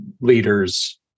leaders